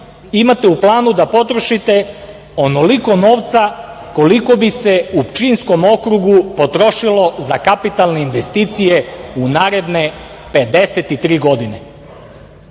imate u planu da potrošite onoliko novca koliko bi se u Pčinjskom okrugu potrošili za kapitalne investicije u naredne 53 godine.